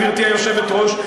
גברתי היושבת-ראש,